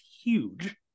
huge